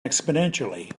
exponentially